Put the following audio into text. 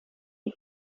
die